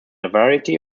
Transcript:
variety